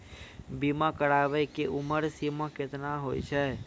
बीमा कराबै के उमर सीमा केतना होय छै?